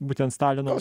būtent stalino